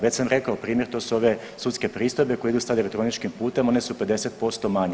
Već sam rekao primjer to su ove sudske pristojbe koje idu sada elektroničkim putem one su 50% manje.